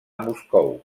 moscou